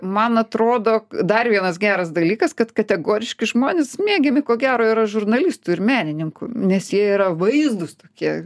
man atrodo dar vienas geras dalykas kad kategoriški žmonės mėgiami ko gero yra žurnalistų ir menininkų nes jie yra vaizdūs tokie